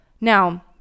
Now